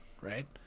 right